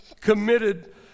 committed